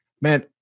man